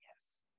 Yes